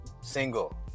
single